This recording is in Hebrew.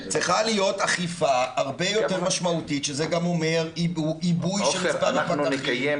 צריכה להיות אכיפה הרבה יותר משמעותית שזה גם אומר עיבוי של הפקחים.